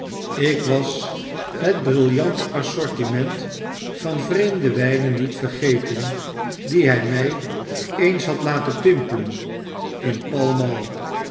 ik was het brillante assortiment van vreemde wynen niet vergeten die hy my eens had laten pimpelen in pall